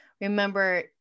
remember